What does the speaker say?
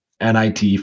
NIT